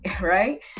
right